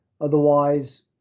Otherwise